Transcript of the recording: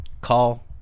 call